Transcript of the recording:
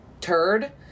turd